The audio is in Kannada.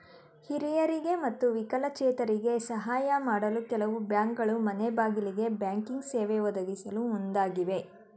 ಹಿರಿಯರಿಗೆ ಮತ್ತು ವಿಕಲಚೇತರಿಗೆ ಸಾಹಯ ಮಾಡಲು ಕೆಲವು ಬ್ಯಾಂಕ್ಗಳು ಮನೆಗ್ಬಾಗಿಲಿಗೆ ಬ್ಯಾಂಕಿಂಗ್ ಸೇವೆ ಒದಗಿಸಲು ಮುಂದಾಗಿವೆ